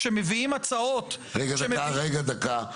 כשמביאים הצעות --- רגע, דקה.